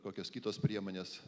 kokios kitos priemonės